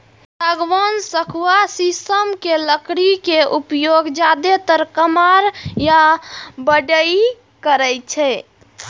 सागवान, सखुआ, शीशम के लकड़ी के उपयोग जादेतर कमार या बढ़इ करै छै